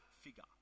figure